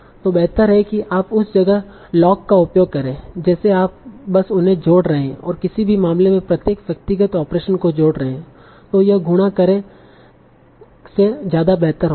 तों बेहतर है कि आप उस जगह लॉग का उपयोग करे जैसे आप बस उन्हें जोड़ रहे हैं और किसी भी मामले में प्रत्येक व्यक्तिगत ऑपरेशन को जोड़ रहे हैं तों यह गुणा करें से ज्यादा बेहतर होता है